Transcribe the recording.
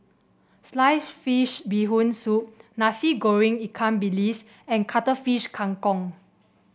slice fish Bee Hoon Soup Nasi Goreng Ikan Bilis and Cuttlefish Kang Kong